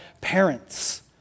parents